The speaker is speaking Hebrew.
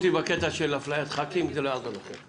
מערכת החינוך ממשיכה לאבד את